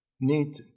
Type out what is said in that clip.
need